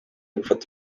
gufata